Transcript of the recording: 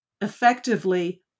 effectively